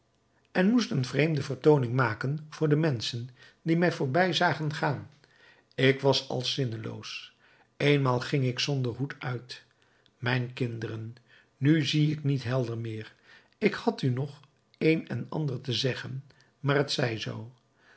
en moest een vreemde vertooning maken voor de menschen die mij voorbij zagen gaan ik was als zinneloos eenmaal ging ik zonder hoed uit mijn kinderen nu zie ik niet helder meer ik had u nog een en ander te zeggen maar het zij zoo